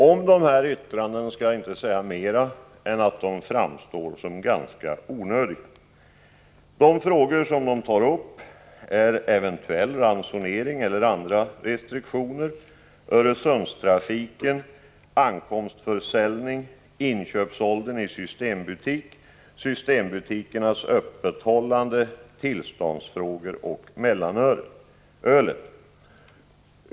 Om dessa yttranden skall jag inte säga mer än att de framstår som ganska onödiga. De upptar frågor som eventuell ransonering eller andra restriktioner, Öresundstrafiken, ankomstförsäljning, inköpsåldern i systembutik, systembutikernas öppethållande, tillståndsfrågor och mellanölet.